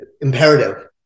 imperative